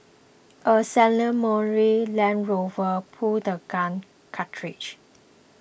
a ceremonial Land Rover pulled the gun carriage